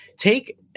Take